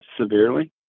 severely